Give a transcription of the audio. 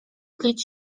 tlić